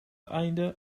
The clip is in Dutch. einde